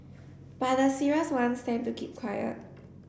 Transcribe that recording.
but the serious ones tend to keep quiet